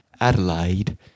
Adelaide